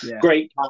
great